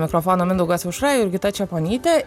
mikrofono mindaugas aušra ir jurgita čeponytė